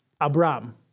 Abram